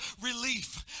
relief